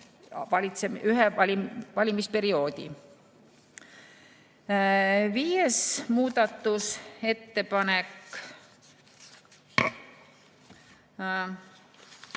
ainult ühe valimisperioodi. Viies muudatusettepanek.